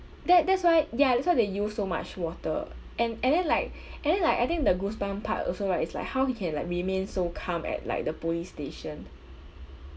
that~ that's why ya that's why they use so much water and and then like and then like I think the goosebump part also right it's like how he can like remain so calm at like the police station